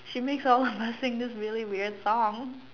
she makes all of us sing this really weird song